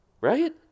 Right